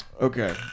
Okay